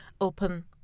open